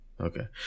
Okay